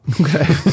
okay